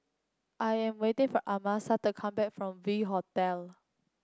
I am waiting for Amasa to come back from V Hotel